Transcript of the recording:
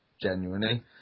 genuinely